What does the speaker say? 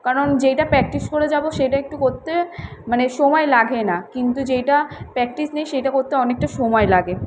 কারণ যেইটা প্র্যাক্টিস করে যাব সেটা একটু করতে মানে সময় লাগে না কিন্তু যেইটা প্র্যাক্টিস নেই সেইটা করতে অনেকটা সময় লাগে